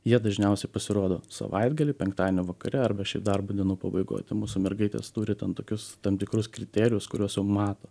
jie dažniausiai pasirodo savaitgalį penktadienio vakare arba šiaip darbo dienų pabaigoj mūsų mergaitės turi ten tokius tam tikrus kriterijus kuriuos jau mato